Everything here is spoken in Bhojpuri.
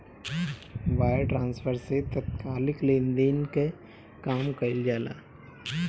वायर ट्रांसफर से तात्कालिक लेनदेन कअ काम कईल जाला